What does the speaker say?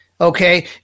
Okay